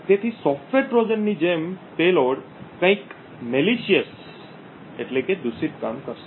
તેથી software Trojan ની જેમ પેલોડ કંઇક દૂષિત કામ કરશે